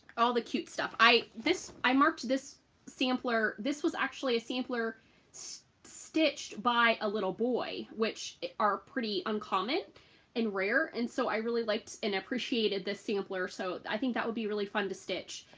all the cute stuff. i this i marked this sampler. this was actually a sampler stitched by a little boy which are pretty uncommon and rare and so i really liked and appreciated this sampler, so i think that would be really fun to stitch.